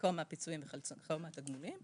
חלקו מהפיצויים וחלקו מהתגמולים,